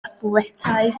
athletau